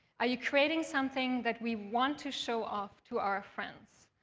are you creating something that we want to show off to our friends?